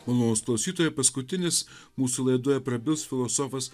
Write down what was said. malonūs klausytojai paskutinis mūsų laidoje prabils filosofas